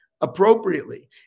appropriately